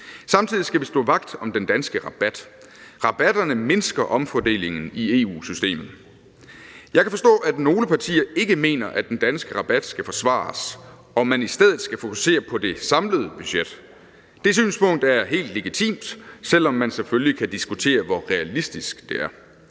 Samtidig skal vi stå vagt om den danske rabat. Rabatterne mindsker omfordelingen i EU-systemet. Jeg kan forstå, at nogle partier ikke mener, at den danske rabat skal forsvares, og at man i stedet skal fokusere på det samlede budget. Det synspunkt er helt legitimt, selv om man selvfølgelig kan diskutere, hvor realistisk det er.